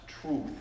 truth